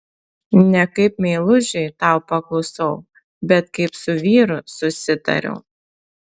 ne kaip meilužiui tau paklusau bet kaip su vyru susitariau